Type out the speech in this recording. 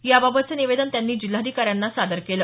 याबाबतचं निवेदन त्यांनी जिल्हाधिकाऱ्यांना सादर केलं